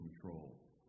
control